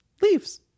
leaves